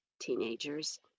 teenagers